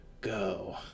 go